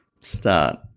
start